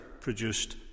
produced